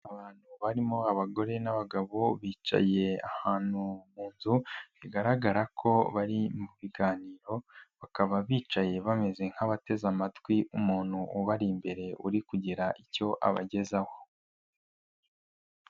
Abantu barimo abagore n'abagabo bicaye ahantu mu nzu bigaragara ko bari mu biganiro, bakaba bicaye bameze nk'abateze amatwi umuntu ubari imbere uri kugira icyo abagezaho.